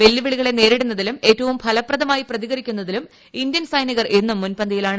വെല്ലുവിളികളെ നേരിടുന്നതിലും ഏറ്റവും ഫ്ലപ്രദമായി പ്രതികരിക്കുന്നതിലും ഇന്ത്യൻ സൈനികർ എന്നും മുൻപന്തിയിലാണ്